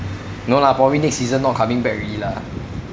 no lah probably next season not coming back already lah